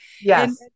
Yes